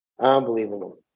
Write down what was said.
unbelievable